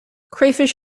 crayfish